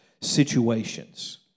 situations